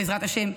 בעזרת השם,